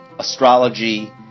Astrology